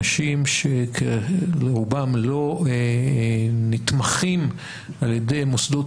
אנשים שרובם לא נתמכים על ידי מוסדות